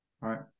Right